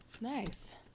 Nice